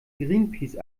greenpeace